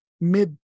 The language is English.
mid